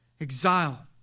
Exile